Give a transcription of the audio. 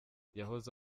yahoze